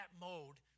mode